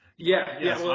yeah yeah